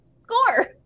score